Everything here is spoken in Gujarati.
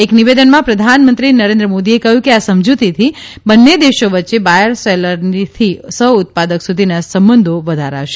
એક નિવેદનમાં પ્રધાનમંત્રી નરેન્દ્ર મોદીએ કહ્યું કે આ સમજૂતીથી બંને દેશો વચ્ચે બાયર સેલરથી સહઉત્પાદક સુધીના સંબંધો વધશે